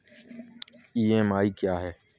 EMI क्या है?